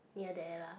near there lah